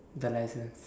the licence